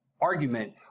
argument